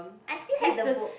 I still have the book